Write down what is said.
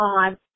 on